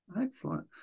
Excellent